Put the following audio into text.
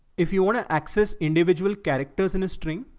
if you want to access individual characters in a string,